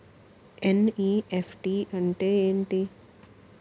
NEFT అంటే ఎంటి?